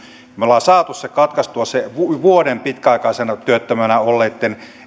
me olemme saaneet sen katkaistua ettei vuoden pitkäaikaistyöttömänä olleita